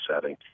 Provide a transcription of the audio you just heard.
setting